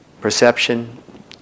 Perception